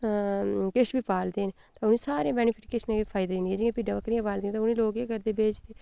किश बी पालदे न ते उ'नें ई सारे बैनीफिट किश ना किश फायदे दिंदे न जि'यां लोक भिड्डां बकरियां पालदे न ते उ'नें ई लोक केह् करदे न बेचदे